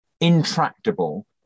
intractable